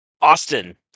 Austin